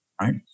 right